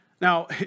Now